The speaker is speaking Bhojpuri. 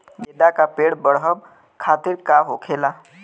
गेंदा का पेड़ बढ़अब खातिर का होखेला?